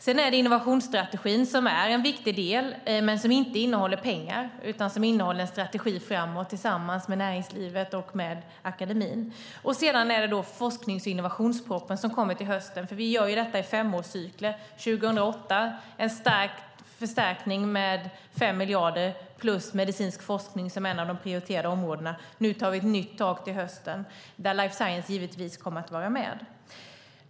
Dels är innovationsstrategin en viktig del, men en del som inte innehåller pengar utan som innehåller en strategi framåt tillsammans med näringslivet och akademin. Dels gäller det den forsknings och innovationsproposition som kommer till hösten. Vi gör ju detta i femårscykler. År 2008 gällde det en förstärkning med 5 miljarder plus medicinsk forskning som ett av de prioriterade områdena. Till hösten tar vi nya tag, och då kommer life science givetvis att vara med.